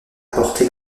apporté